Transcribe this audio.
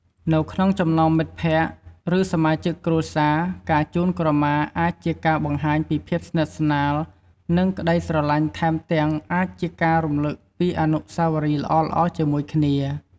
នៅក្នុងចំណោមមិត្តភ័ក្តិ ឬសមាជិកគ្រួសារ ការជូនក្រមាអាចជាការបង្ហាញពីភាពស្និទ្ធស្នាល និងក្ដីស្រលាញ់ថែមទាំងអាចជាការរំលឹកពីអនុស្សាវរីយ៍ល្អៗជាមួយគ្នា។